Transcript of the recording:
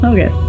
Okay